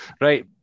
right